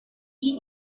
این